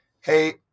hey